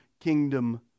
kingdom